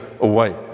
away